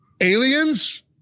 Aliens